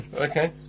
Okay